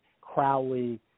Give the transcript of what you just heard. Crowley